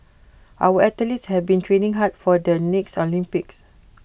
our athletes have been training hard for the next Olympics